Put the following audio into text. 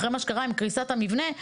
אחרי מה שקרה עם קריסת המבנה,